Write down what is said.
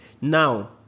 Now